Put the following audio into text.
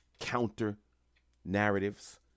counter-narratives